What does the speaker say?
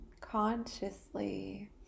consciously